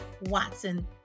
Watson